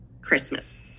Christmas